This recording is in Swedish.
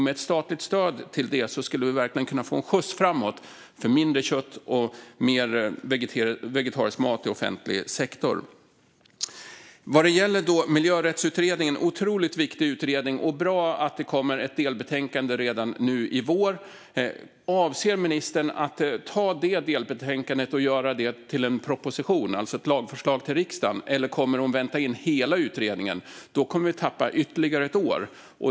Med statligt stöd till det skulle det verkligen kunna bli en skjuts framåt för mindre kött och mer vegetarisk mat i offentlig sektor. Klimaträttsutredningen är en otroligt viktig utredning. Det är bra att det kommer ett delbetänkande redan i vår. Avser ministern att göra det delbetänkandet till en proposition, alltså ett lagförslag till riksdagen? Eller kommer hon att vänta in hela utredningen? Då kommer vi att tappa ytterligare ett år.